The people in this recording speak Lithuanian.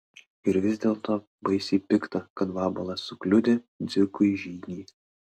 ir vis dėlto baisiai pikta kad vabalas sukliudė dzikui žygį